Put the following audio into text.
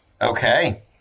Okay